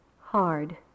hard